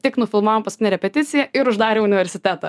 tik nufilmavom paskutinę repeticiją ir uždarė universitetą